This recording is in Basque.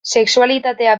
sexualitatea